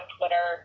Twitter